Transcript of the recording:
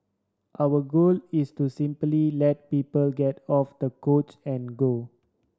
our goal is to simply let people get off the couch and go